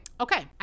okay